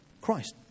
Christ